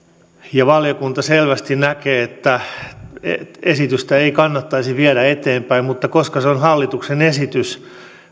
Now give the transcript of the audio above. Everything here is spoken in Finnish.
ja valiokunta selvästi näkee että esitystä ei kannattaisi viedä eteenpäin mutta koska se on hallituksen esitys